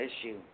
issue